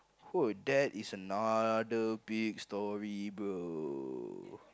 !wow! that is another big story bro